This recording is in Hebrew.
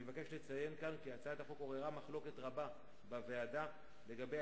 אני מבקש לציין כאן כי הצעת החוק עוררה מחלוקת רבה בוועדה לגבי